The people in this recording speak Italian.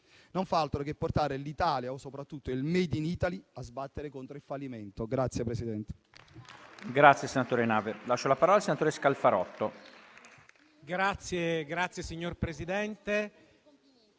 non fa altro che portare l'Italia, e soprattutto il *made in Italy*, a sbattere contro il fallimento.